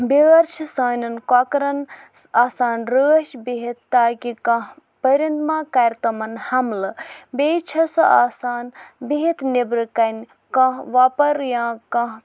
بیٛٲر چھِ سانٮ۪ن کۄکَرَن آسان رٲچھ بِہِتھ تاکہِ کانٛہہ پٔرِنٛدٕ ما کَرِ تِمَن حملہٕ بیٚیہِ چھس سۄ آسان بِہِتھ نٮ۪برٕکَنہِ کانٛہہ وۄپَر یا کانٛہہ